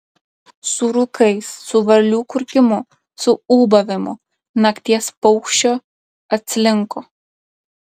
su rūkais su varlių kurkimu su ūbavimu nakties paukščio atslinko